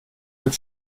wird